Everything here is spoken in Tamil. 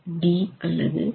5d அல்லது 1